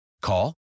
Call